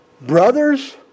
brothers